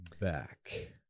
back